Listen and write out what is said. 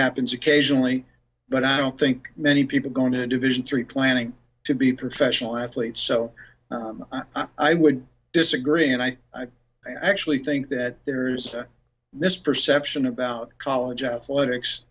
happens occasionally but i don't think many people going to do vision three planning to be professional athletes so i would disagree and i actually think that there is this perception about college athletics